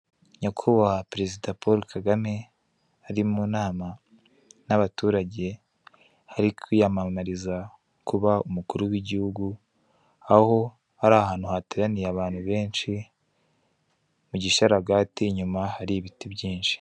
Nyakubahwa Perezida Paul Kagame, ari mu nama n'abaturage aho ari kwiyamamariza kuba umukuru w'igihugu, aho hari ahantu hateraniye abantu benshi mu gishararaga, inyuma hari ibiti byinshi.